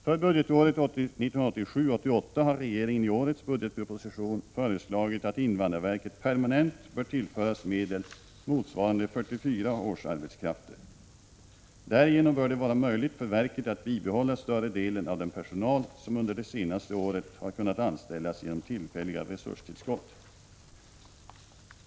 För budgetåret 1987 87:75 delen av den personal som under det senaste året har kunnat anställas genom 19 februari 1987 tillfälliga resurstillskott.